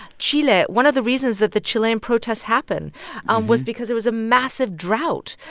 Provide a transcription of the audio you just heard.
chile one of the reasons that the chilean protests happened and was because there was a massive drought.